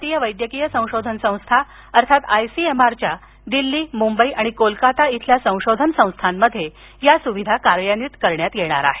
भारतीय वैद्यकीय संशोधन संस्था अर्थात आय सी एम आर च्या दिल्ली मुंबई आणि कोलकाता इथल्या संशोधन संस्थांमध्ये या सुविधा कार्यान्वित करण्यात येणार आहेत